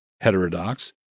heterodox